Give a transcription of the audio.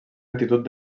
actitud